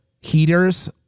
heaters